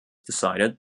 decided